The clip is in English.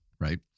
Right